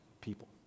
people